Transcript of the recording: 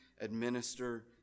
administer